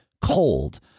cold